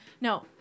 No